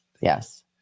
Yes